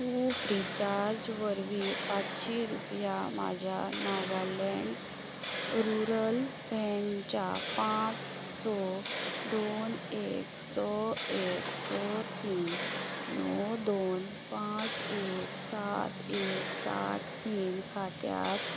तूं फ्रीचार्ज वरवीं पांचशी रुपया म्हाज्या नागालँड रुरल बँकच्या पांच स दोन एक स एक स तीन णव दोन पांच एक सात एक सात तीन खात्यांत